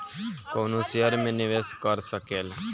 कवनो शेयर मे निवेश कर सकेल